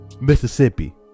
Mississippi